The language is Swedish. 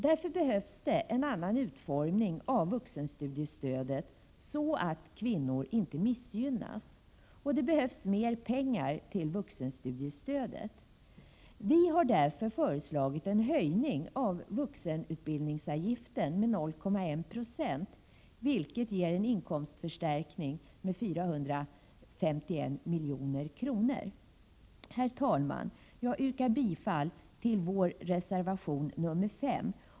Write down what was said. Därför behövs det en annan utformning av vuxenstudiestödet, så att inte kvinnor missgynnas. Och det behövs mer pengar till vuxenstudiestödet. Vi har därför föreslagit en höjning av vuxenutbildningsavgiften med 0,1 26, vilket ger en inkomstförstärkning med 451 milj.kr. Herr talman! Jag yrkar bifall till vår reservation 5.